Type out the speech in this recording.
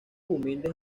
humildes